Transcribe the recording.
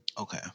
Okay